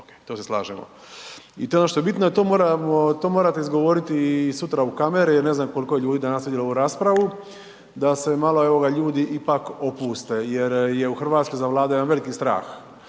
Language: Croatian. to se slažemo i to je ono što je bitno i to moramo, to morate izgovoriti i sutra u kamere i ne znam koliko je ljudi danas vidjelo ovu raspravu da se malo evo ga ljudi ipak opuste jer je u RH zavladao jedan veliki strah.